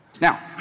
Now